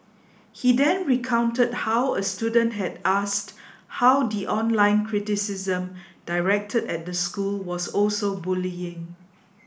he then recounted how a student had asked how the online criticism directed at the school was also bullying